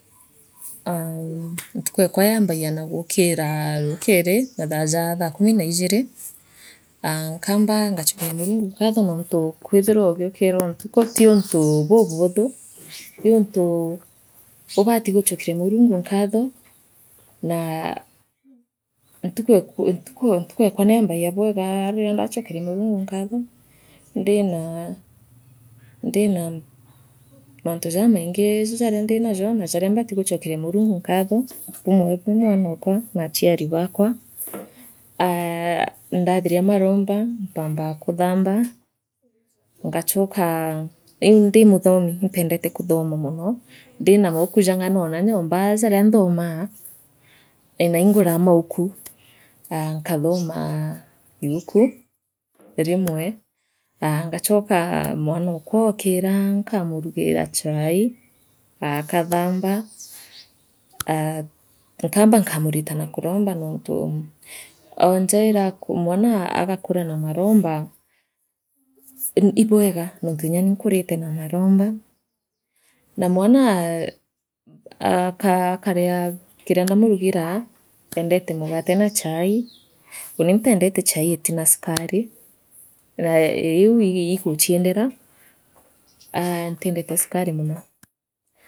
Aa ntuku ekwa yaambagia na guukira ruukiri mathaa jaa thakumi naijiri aa nkamba ngachokeria Murungu nkatho nontu kwithirwa ugiukira ontuka tiuntu bubuuthu ni untuubati gichokeria Murungu nkatho naa ntuku ee ntuku eekwa niambagia bweiga riria ndachokeria Murungu nkatho ndira ndira mantu jamaingi jaria ndinajo na jaria mbati guchokeria Murungu nkaatho buumwe ii mwanookwa na achiari baakwa aa ndathiria maromba mpambaa kuthamba ngachooka ii ndii muthomi impendete kuhuma mono ndira mauku jang’aroraa nyumba jaria nthomaa ee nainguraa mauku aa nkathoma yuku rimwe aa ngachokaa mwanookwa ookiva nkaamu rugira chai akaathamba nkamba rikamuritara kurumba nontu oo onjeiraa mwana agakuraa ra maromba ii bwega nontu nyani nkurite na maromba naa mwanaa aaka akaria biria ndemurugira eendete mugate na chai uuni mbendete chai itina sufuria naa na iu ii guchienderaa aa ntiendete sukari mono.